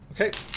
Okay